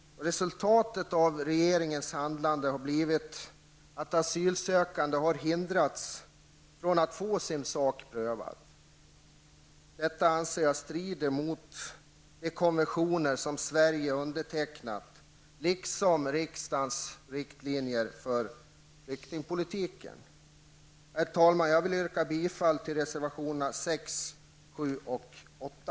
Resultatet av regeringens handlande har blivit att asylsökande har hindrats från att få sin sak prövad. Jag anser att detta strider mot de konventioner som Sverige har undertecknat, liksom mot de riktlinjer för flyktingpolitiken som riksdagen har fattat beslut om. Herr talman! Jag vill yrka bifall till reservationerna nr 6, 7 och 8.